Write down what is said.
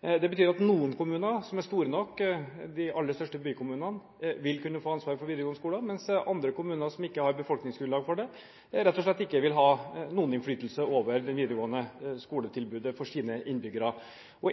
Det betyr at noen kommuner som er store nok – de aller største bykommunene – vil kunne få ansvaret for videregående skoler, mens andre kommuner som ikke har befolkningsgrunnlag for det, rett og slett ikke vil ha noen innflytelse over det videregående skoletilbudet for sine innbyggere.